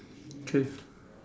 K